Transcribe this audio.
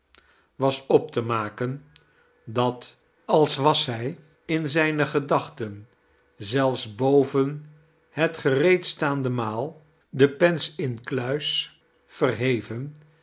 was op te maken dat al was zij in zijne gedaehten zelfs boven het gereedstaande maal de pens incluis verheven